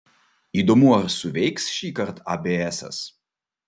įdomu ar suveiks šįkart abėesas